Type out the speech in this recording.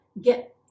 get